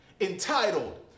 entitled